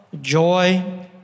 joy